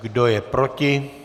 Kdo je proti?